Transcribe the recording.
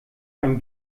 ein